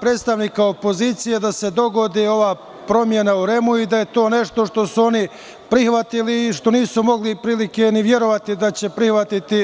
predstavnika opozicije da se dogodi ova promena u REM-u i da je to nešto što su oni prihvatili i što nisu verovali da će vlast to prihvatiti.